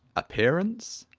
appearance